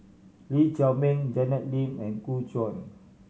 Lee Chiaw Meng Janet Lim and Gu Juan